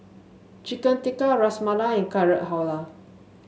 Chicken Tikka Ras Malai Carrot Halwa